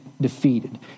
defeated